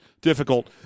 difficult